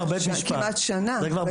כמעט שנה.